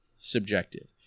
subjective